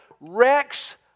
Rex